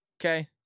Okay